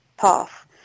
path